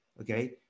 Okay